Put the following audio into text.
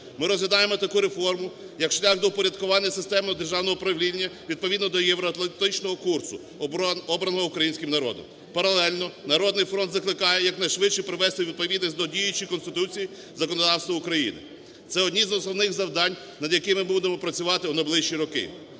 Ми розглядаємо таку реформу, як шлях до упорядкування системи державного управління, відповідно до євроатлантичного курсу, обраного українським народом. Паралельно "Народний фронт" закликає якнайшвидше привести у відповідність до діючої Конституції законодавство України. Це одні з основних завдань, над якими ми будемо працювати в найближчі роки.